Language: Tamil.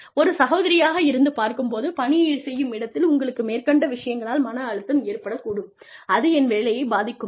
ஒரு சகோதரியாக இருந்து பார்க்கும் போது பணி செய்யும் இடத்தில் உங்களுக்கு மேற்கண்ட விஷயங்களால் மன அழுத்தம் ஏற்படக் கூடும் அது என் வேலையை பாதிக்கும்